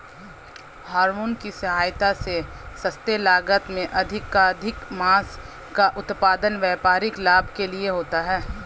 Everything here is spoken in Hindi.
हॉरमोन की सहायता से सस्ते लागत में अधिकाधिक माँस का उत्पादन व्यापारिक लाभ के लिए होता है